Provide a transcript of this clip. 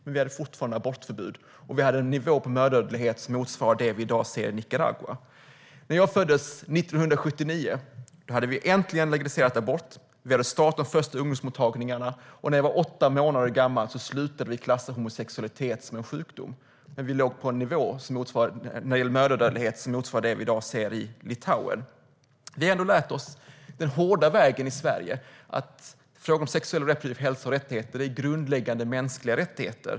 Men vi hade fortfarande abortförbud, och vi hade en mödradödlighet på en nivå som motsvarar den vi i dag ser i Nicaragua. När jag föddes 1979 hade man äntligen legaliserat abort och startat de första ungdomsmottagningarna, och när jag var åtta månader gammal slutade man klassa homosexualitet som en sjukdom. Mödradödligheten låg på en nivå som motsvarar den vi i dag ser i Litauen. Vi i Sverige har lärt oss den hårda vägen att sexuell och reproduktiv hälsa och rättigheter är grundläggande mänskliga rättigheter.